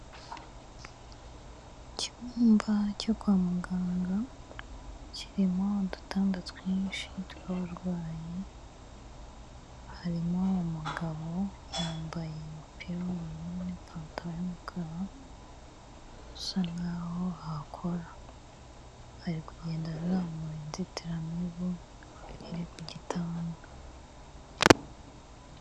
Icyumba cyo kwa muganga kirimo udutanda twinshi tw'abarwayi harimo umugabo, yambaye umupira w'ubururu n'ipantaro y'umukara usa n'aho ahakora ari kugenda azamura inzitiramibu iri ku gitanda.